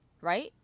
Right